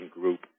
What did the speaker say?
group